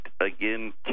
again